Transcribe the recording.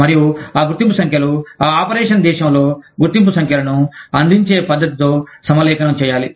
మరియు ఆ గుర్తింపు సంఖ్యలు ఆ ఆపరేషన్ దేశంలో గుర్తింపు సంఖ్యలను అందించే పద్ధతితో సమలేఖనం చేయాలి